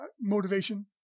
motivation